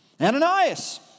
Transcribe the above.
Ananias